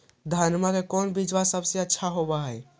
धनमा के कौन बिजबा सबसे अच्छा होव है?